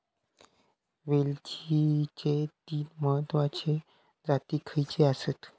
वेलचीचे तीन महत्वाचे जाती खयचे आसत?